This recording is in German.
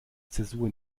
zäsur